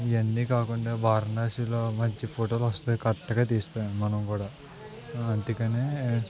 ఇవ్వన్నీ కాకుండా వారణాసిలో మంచి ఫోటోలు వస్తాయి కరెక్ట్గా తీస్తే మనం కూడా అంతేకానీ